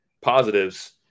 positives